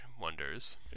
wonders